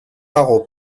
hago